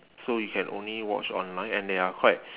so you can only watch online and they are quite